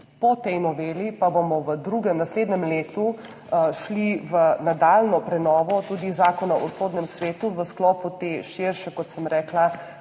Po tej noveli pa bomo v drugem, naslednjem letu šli v nadaljnjo prenovo tudi Zakona o sodnem svetu v sklopu te širše, kot sem rekla,